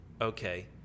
okay